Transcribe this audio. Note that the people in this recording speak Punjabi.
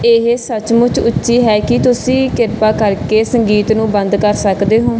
ਇਹ ਸੱਚਮੁੱਚ ਉੱਚੀ ਹੈ ਕੀ ਤੁਸੀਂ ਕਿਰਪਾ ਕਰਕੇ ਸੰਗੀਤ ਨੂੰ ਬੰਦ ਕਰ ਸਕਦੇ ਹੋ